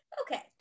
Okay